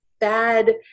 bad